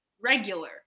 regular